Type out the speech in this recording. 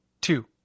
two